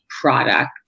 product